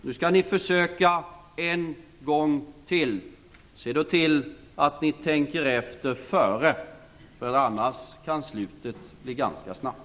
Nu skall ni försöka en gång till. Se då till att ni tänker efter före - annars kan slutet komma ganska snabbt.